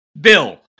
Bill